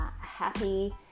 happy